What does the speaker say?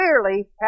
clearly